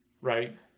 right